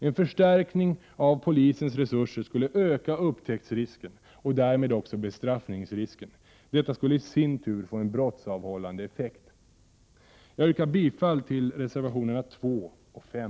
En förstärkning av polisens resurser skulle öka upptäcktsrisken och därmed också bestraffningsrisken. Detta skulle i sin tur få en brottsavhållande effekt. Jag yrkar bifall till reservationerna 2 och 5.